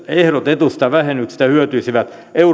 ehdotetusta vähennyksestä hyötyisivät euromääräisesti